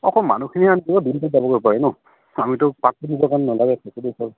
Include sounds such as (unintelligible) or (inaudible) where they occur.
(unintelligible)